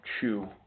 chew